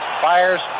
fires